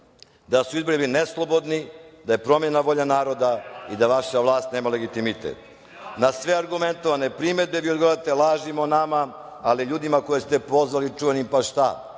da su izbori neslobodni, da je promenjean volja naroda i da vaša vlast nema legitimitet. Na sve argumentovane primedbe, vi odgovarate lažima o nama, ali ljude koje ste pozvali čuvenim „pa šta“,